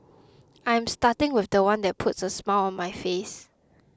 I am starting with the one that put a smile on my face